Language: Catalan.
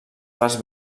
parts